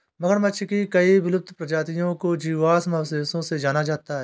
मगरमच्छ की कई विलुप्त प्रजातियों को जीवाश्म अवशेषों से जाना जाता है